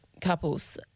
couples